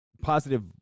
positive